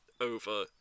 over